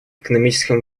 экономическом